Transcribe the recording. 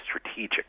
strategic